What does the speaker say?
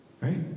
Right